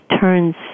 turns